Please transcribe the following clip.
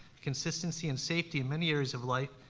consistency, and safety in many areas of life,